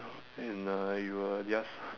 and uh you will just